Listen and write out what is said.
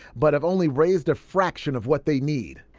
but have only raised a fraction of what they need.